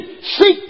seek